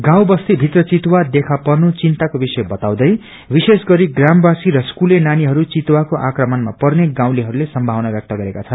गाऊँ बस्ती भित्र चितुवा देखा पर्नु विन्तको विषय बताउँदै विशेष गरी ग्रामवासी र स्कूले नानीहरू वितुवाको आक्रमणमा पर्ने गाउँलेहरूले संथावना व्यक्त गरेका छन्